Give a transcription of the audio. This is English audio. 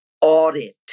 audit